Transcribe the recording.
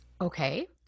Okay